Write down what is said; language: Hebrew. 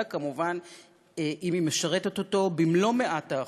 אלא כמובן היא משרתת אותו במלוא מאת האחוזים.